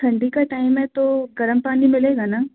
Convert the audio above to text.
ठंडी का टाइम है तो गर्म पानी मिलेगा न